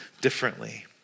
differently